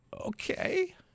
Okay